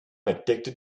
addicted